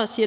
Det er